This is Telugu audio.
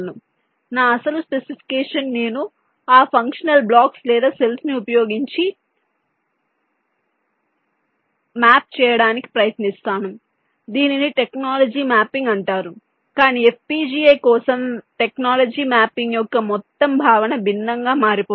కాబట్టి నా అసలు స్పెసిఫికేషన్ నేను ఆ ఫంక్షనల్ బ్లాక్స్ లేదా సెల్స్ ను ఉపయోగించి మ్యాప్ చేయడానికి ప్రయత్నిస్తాను దీనిని టెక్నాలజీ మ్యాపింగ్ అంటారు కాని FPGA కోసం టెక్నాలజీ మ్యాపింగ్ యొక్క మొత్తం భావన భిన్నంగా మారిపోయింది